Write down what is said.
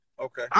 Okay